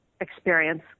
experience